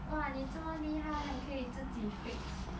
!wah! 你这么厉害还可以自己 fix